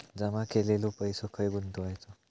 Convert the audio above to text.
जमा केलेलो पैसो खय गुंतवायचो?